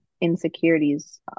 insecurities